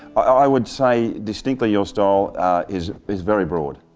i would say, distinctly your style is is very broad.